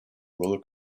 roller